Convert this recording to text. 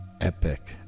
Epic